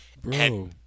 Bro